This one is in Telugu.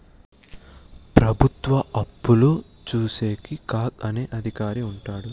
ప్రభుత్వ అప్పులు చూసేకి కాగ్ అనే అధికారి ఉంటాడు